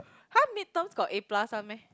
!huh! mid terms got A plus one meh